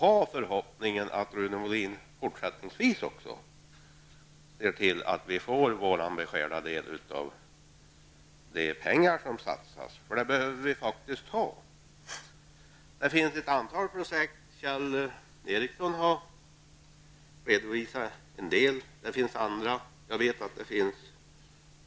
Vi får hoppas att Rune Molin också i fortsättningen ser till att vi i Värmland får vår beskärda del av de pengar som satsas, för det behövs. Det finns ett antal projekt. Kjell Ericsson har redogjort för en del av dem. Men det finns fler än dem som han har nämnt.